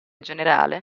generale